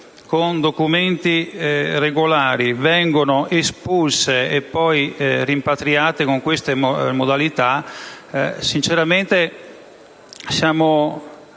con documenti regolari, vengano espulse e poi rimpatriate con queste modalità ci imbarazza.